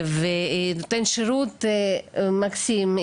ונותן שירות מקסים.